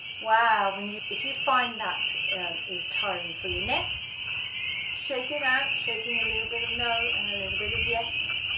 wow, and if you find that is tiring for your neck shake it out shaking a little bit of no, and a little bit of yes,